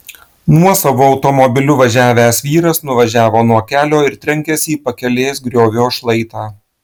nuosavu automobiliu važiavęs vyras nuvažiavo nuo kelio ir trenkėsi į pakelės griovio šlaitą